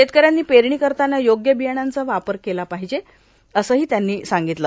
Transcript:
शेतकऱ्यांनी पेरणी करताना योग्य बियाणांचा वापर केला पाहिजे असंही त्यांनी सांगितलं